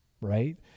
Right